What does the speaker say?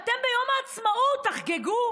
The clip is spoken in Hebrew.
ומה פתאום שאתם ביום העצמאות תחגגו?